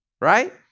right